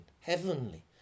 heavenly